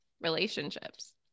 relationships